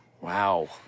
Wow